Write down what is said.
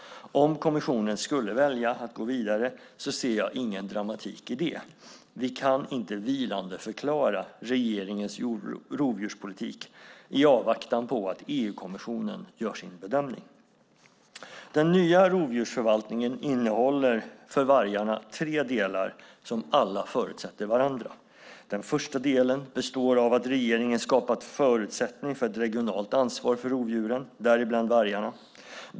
Om kommissionen skulle välja att gå vidare ser jag ingen dramatik i det. Vi kan inte vilandeförklara regeringens rovdjurspolitik i avvaktan på att EU-kommissionen gör sin bedömning. Den nya rovdjursförvaltningen innehåller för vargarna tre delar som alla förutsätter varandra. Det första delen består av att regeringen har skapat förutsättningar för ett regionalt ansvar för rovdjuren, däribland vargarna.